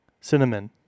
Cinnamon